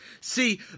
See